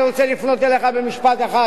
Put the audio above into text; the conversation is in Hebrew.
אני רוצה לפנות אליך במשפט אחד,